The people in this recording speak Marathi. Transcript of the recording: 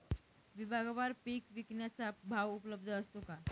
विभागवार पीक विकण्याचा भाव उपलब्ध असतो का?